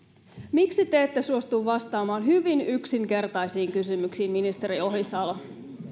miksi te ette suostu vastaamaan hyvin yksinkertaisiin kysymyksiin ministeri ohisalo